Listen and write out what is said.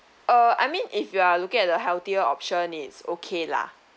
uh I mean if you are looking at a healthier option it's okay lah